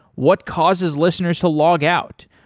what causes listeners to log out,